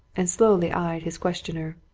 and slowly eyed his questioner.